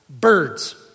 Birds